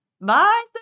Bye